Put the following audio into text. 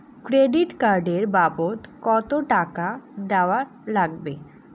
Credit card এর বাবদ কতো টাকা দেওয়া লাগবে?